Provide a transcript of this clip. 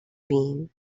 beam